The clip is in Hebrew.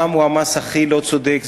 מע"מ הוא המס הכי לא צודק.